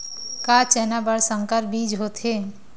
का चना बर संकर बीज होथे?